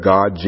God